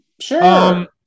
Sure